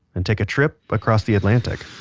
and take a trip across the atlantic